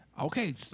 Okay